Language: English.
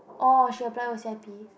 oh she apply O C_I_P